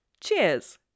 Cheers